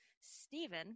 Stephen